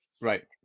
Right